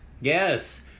Yes